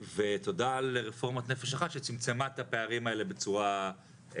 ותודה על רפורמת "נפש אחת" שצמצמה את הפערים האלה בצורה משמעותית.